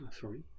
Sorry